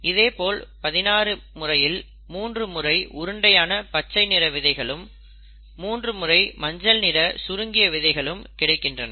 இதேபோல் 16 இல் 3 முறை உருண்டையான பச்சை நிற விதைகளும் 3 முறை மஞ்சள் நிற சுருங்கிய விதைகள் கிடைக்கின்றன